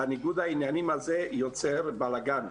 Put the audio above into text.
וניגוד העניינים הזה יוצר בלגן.